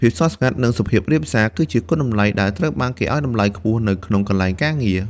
ភាពស្ងប់ស្ងាត់ និងសុភាពរាបសារ គឺជាគុណតម្លៃដែលត្រូវបានគេឱ្យតម្លៃខ្ពស់នៅក្នុងកន្លែងការងារ។